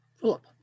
Philip